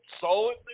solid